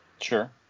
sure